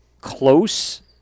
close